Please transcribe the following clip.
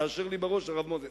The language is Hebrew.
תאשר לי בראש, הרב מוזס.